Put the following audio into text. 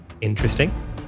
Interesting